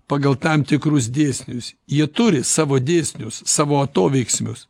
pagal tam tikrus dėsnius jie turi savo dėsnius savo atoveiksmius